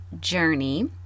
journey